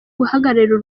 guhagararira